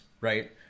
right